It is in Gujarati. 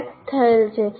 મેપ થયેલ છે